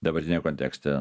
dabartiniam kontekste